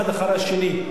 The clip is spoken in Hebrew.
האחד אחרי השני.